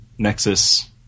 Nexus